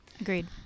Agreed